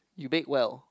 you bake well